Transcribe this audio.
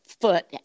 foot